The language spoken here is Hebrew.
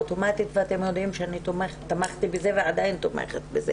אוטומטית ואתם יודעים שתמכתי בזה ואני עדיין תומכת בזה